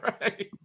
right